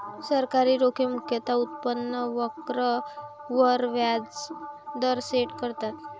सरकारी रोखे मुख्यतः उत्पन्न वक्र वर व्याज दर सेट करतात